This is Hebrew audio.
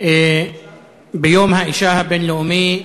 יום האישה הבין-לאומי,